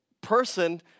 person